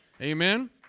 amen